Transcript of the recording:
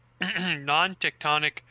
non-tectonic